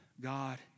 God